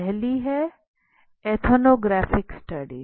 पहली है ethnographic studies